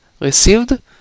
received